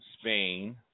Spain